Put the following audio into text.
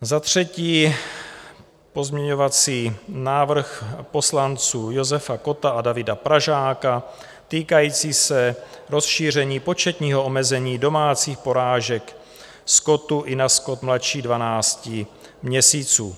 Za třetí pozměňovací návrh poslanců Josefa Kotta a Davida Pražáka týkající se rozšíření početního omezení domácích porážek skotu i na skot mladší 12 měsíců.